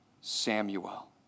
Samuel